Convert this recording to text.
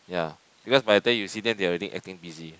ya because by the time you see them they are already acting busy